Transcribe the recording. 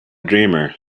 dreamer